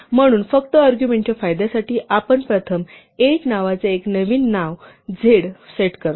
म्हणून फक्त अर्ग्युमेण्टच्या फायद्यासाठी आपण प्रथम 8 नावाचे एक नवीन नाव z सेट करतो